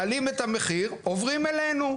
מעלים את המחיר, עוברים אלינו.